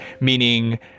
meaning